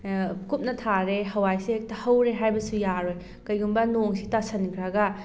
ꯀꯨꯞꯅ ꯊꯥꯔꯦ ꯍꯋꯥꯏꯁꯦ ꯍꯦꯛꯇ ꯍꯧꯔꯦ ꯍꯥꯏꯕꯁꯨ ꯌꯥꯔꯣꯏ ꯀꯔꯤꯒꯨꯝꯕ ꯅꯣꯡꯁꯤ ꯇꯥꯁꯟꯈ꯭ꯔꯒ